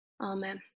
Amen